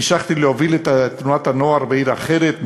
נשלחתי להוביל את תנועת הנוער בעיר אחרת,